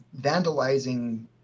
vandalizing